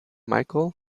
michael